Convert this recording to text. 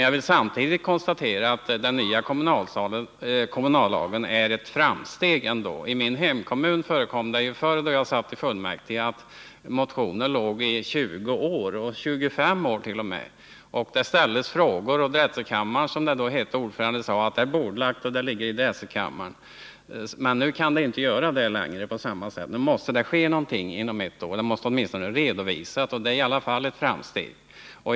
Jag vill samtidigt konstatera att den nya kommunallagen ändå är ett framsteg. I min hemkommun förekom det förr, då jag satt i kommunfullmäktige, att motioner låg i 20 och t.o.m. 25 år. Det ställdes frågor, och ordföranden i drätselkammaren, som det då hette, sade att ärendet var bordlagt och låg i drätselkammaren. Men nu kan det inte gå till på samma sätt längre. Nu måste det ske någonting inom ett år. Det måste åtminstone ske en redovisning, och det är i alla fall ett framsteg.